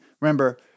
remember